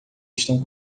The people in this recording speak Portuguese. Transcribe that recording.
estão